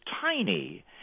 tiny